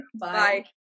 Bye